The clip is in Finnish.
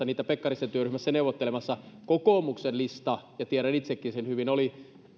ryhmässä siitä pekkarisen työryhmässä neuvottelemassa että kokoomuksen lista ja tiedän itsekin sen hyvin oli